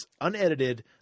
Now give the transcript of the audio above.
unedited